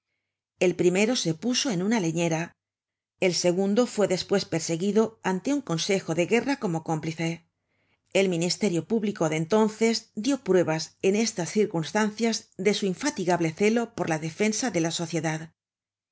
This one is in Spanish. el primero se puso en una leñera el segundo fue despues perseguido ante un consejo de guerra como cómplice el ministerio público de entonces dió pruebas en estas circunstancias de su infatigable celo por la defensa de la sociedad